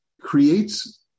creates